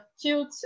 cute